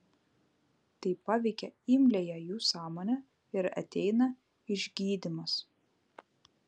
tai paveikia imliąją jų sąmonę ir ateina išgydymas